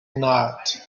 not